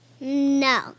No